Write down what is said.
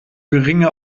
geringe